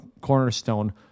cornerstone